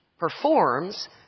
performs